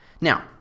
Now